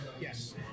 yes